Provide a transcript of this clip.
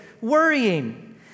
worrying